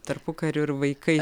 tarpukariu ir vaikais